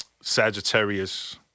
Sagittarius